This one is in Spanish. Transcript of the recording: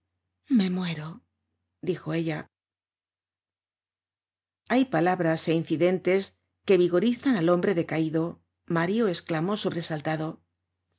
me muero dijo ella hay palabras é incidentes que vigorizan al hombre decaido mario esclamó sobresaltado